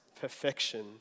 perfection